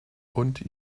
und